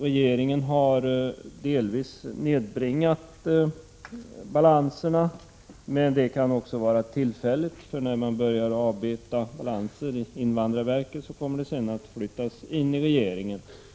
Regeringen har delvis nedbringat balansen, men det kan också vara tillfälligt, för när man börjar avbeta balansen vid invandrarverket, kommer den att flytta in i regeringen.